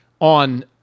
on